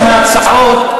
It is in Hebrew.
נציג הממשלה,